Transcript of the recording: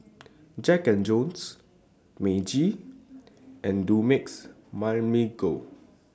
Jack and Jones Meiji and Dumex Mamil Gold